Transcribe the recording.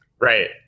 Right